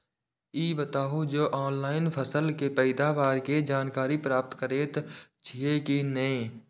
ई बताउ जे ऑनलाइन फसल के पैदावार के जानकारी प्राप्त करेत छिए की नेय?